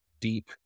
deep